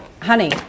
Honey